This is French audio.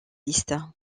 liste